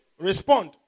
Respond